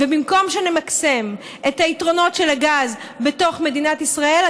במקום שנמקסם את היתרונות של הגז בתוך מדינת ישראל,